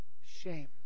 shame